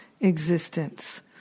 existence